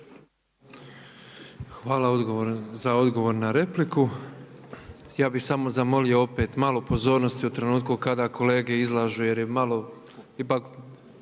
Hvala za odgovor na repliku. Ja bih samo zamolio opet malo pozornosti u trenutku kada kolege izlažu jer je malo